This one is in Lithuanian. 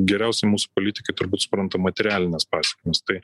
geriausi mūsų politikai turbūt supranta materialinės pasekmės tai